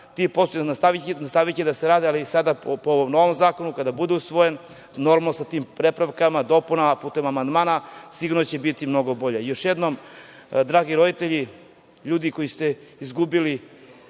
ti postupci nastaviće da se rade, ali sada po ovom novom zakonu kada bude usvojen, normalno sa tim prepravkama, dopunama putem amandmana, sigurno će biti mnogo bolji. Još jednom, dragi roditelji, ljudi koji ste izgubili